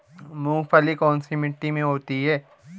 मूंगफली कौन सी मिट्टी में होती है?